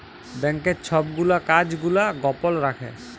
ব্যাংকের ছব গুলা কাজ গুলা গপল রাখ্যে